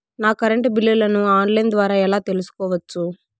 నా కరెంటు బిల్లులను online ద్వారా ఎలా తెలుసుకోవచ్చు?